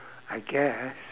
I guess